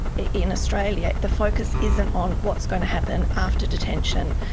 in australia the focus isn't on what's going to happen after detention.